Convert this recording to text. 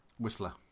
Whistler